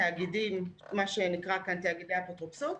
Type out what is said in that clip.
תאגידים גדולים,